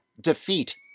defeat